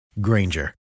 Granger